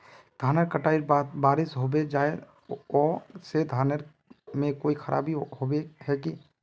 धानेर कटाई के बाद बारिश होबे जाए है ओ से धानेर में कोई खराबी होबे है की?